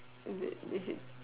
is it is it